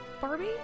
Barbie